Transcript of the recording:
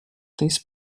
this